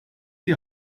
die